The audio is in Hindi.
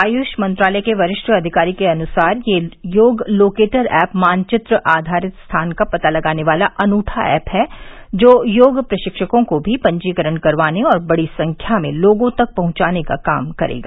आयुष मंत्रालय के वरिष्ठ अधिकारी के अनुसार यह योग लोकेटर ऐप मानचित्र आधारित स्थान का पता लगाने वाला अनुठा ऐप है जो योग प्रशिक्षकों को भी पंजीकरण करवाने और बड़ी संख्या में लोगों तक पहुंचाने का काम करेगा